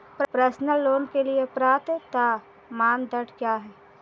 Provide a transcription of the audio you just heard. Personal loan के लिए पात्रता मानदंड क्या हैं?